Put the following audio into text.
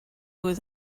was